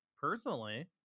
personally